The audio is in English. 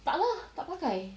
tak lah tak pakai